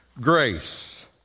Grace